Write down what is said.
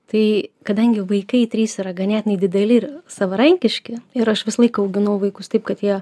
tai kadangi vaikai trys yra ganėtinai dideli ir savarankiški ir aš visą laiką auginau vaikus taip kad jie